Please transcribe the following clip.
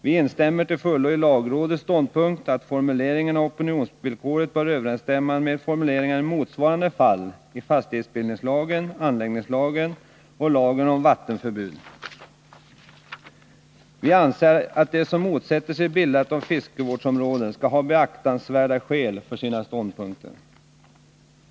Vi instämmer till fullo i lagrådets ståndpunkt att formuleringen av opinionsvillkoret bör överensstämma med formuleringarna i motsvarande fall i fastighetsbildningslagen, anläggningslagen och lagen om vattenförbund. Vi anser att de som motsätter sig bildandet av fiskevårdsområden skall ha beaktansvärda skäl för sina ståndpunkter.